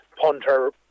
punter